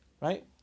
right